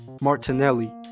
martinelli